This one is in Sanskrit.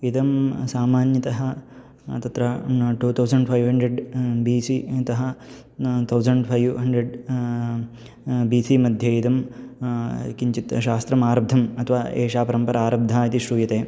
इदं सामान्यतः तत्र न two thousand five hundred B C तः तौजेण्ड् फै़व् हण्ड्रेड् बी सिमध्ये इदं किञ्चित् शास्त्रम् आरब्धम् अथवा एषा परम्परा आरब्धा इति श्रूयते